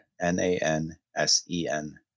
N-A-N-S-E-N